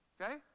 okay